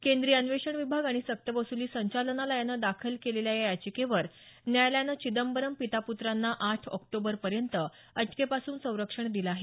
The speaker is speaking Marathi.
केंद्रीय अन्वेषण विभाग आणि सक्तवसुली संचालनालयानं दाखल केलेल्या या याचिकेवर न्यायालयानं चिदंबरम पिताप्त्रांना आठ ऑक्टोबर पर्यंत अटके पासून संरक्षण दिलं आहे